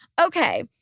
Okay